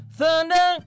thunder